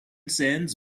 sends